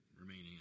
remaining